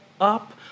up